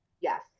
Yes